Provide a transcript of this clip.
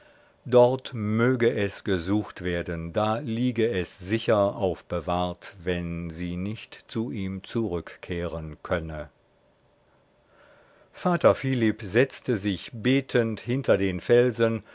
dort möge es gesucht werden da liege es sicher aufbewahrt wenn sie nicht zu ihm zurück kehren könne vater philipp setzte sich betend hinter den felsen